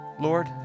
Lord